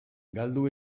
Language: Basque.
galdu